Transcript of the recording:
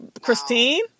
Christine